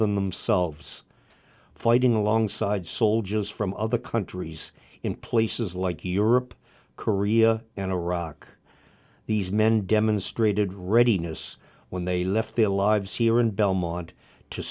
than themselves fighting alongside soldiers from other countries in places like europe korea and iraq these men demonstrated readiness when they left their lives here in belmont to